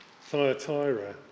Thyatira